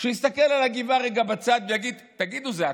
שיסתכל על הגבעה רגע בצד ויגיד: תגידו, זה אתם?